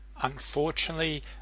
Unfortunately